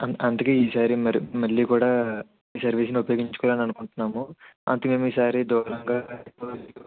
అన్ అందుకే ఈ సారి మరి మళ్ళీ కూడా మీ సర్వీసుని ఉపయోగించుకోవాలని అనుకుంటున్నాము అందుకే ఈ సారి దూరంగా